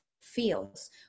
feels